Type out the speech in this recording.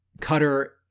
Cutter